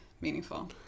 meaningful